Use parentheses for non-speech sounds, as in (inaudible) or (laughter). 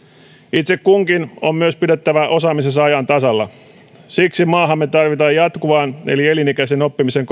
itse kunkin on myös pidettävä osaamisensa ajan tasalla siksi maahamme tarvitaan jatkuvan eli elinikäisen oppimisen (unintelligible)